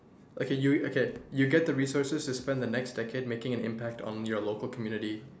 okay you get the resources to get the resources to spend the next decade to make an impact on your local community